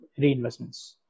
reinvestments